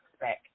back